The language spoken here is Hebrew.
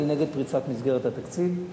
אני נגד פריצת מסגרת התקציב,